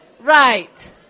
Right